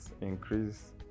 increase